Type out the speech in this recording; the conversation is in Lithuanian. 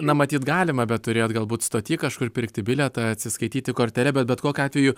na matyt galima bet turėjot galbūt stoty kažkur pirkti bilietą atsiskaityti kortele bet bet kokiu atveju